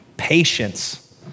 Patience